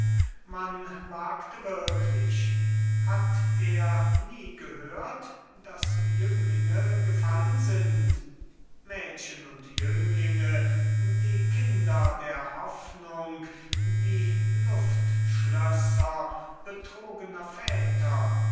man wagte wirklich hat er nie gehört daß jünglinge gefallen sind mädchen und jünglinge die kinder der hoffnung die luftschlösser betrogener